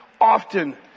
often